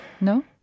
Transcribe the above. No